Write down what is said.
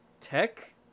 tech